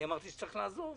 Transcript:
אמרתי שצריך לעזור,